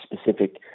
specific